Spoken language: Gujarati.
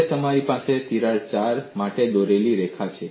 હવે તમારી પાસે તિરાડ 4 માટે દોરેલી રેખા છે